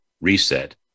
Reset